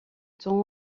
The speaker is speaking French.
temps